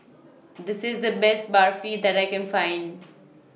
This IS The Best Barfi that I Can Find